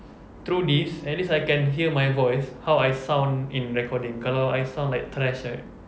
through this at least I can hear my voice how I sound in recording kalau I sound like trash right